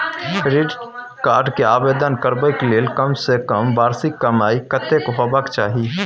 Credit card के आवेदन करबैक के लेल कम से कम वार्षिक कमाई कत्ते होबाक चाही?